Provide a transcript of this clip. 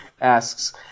asks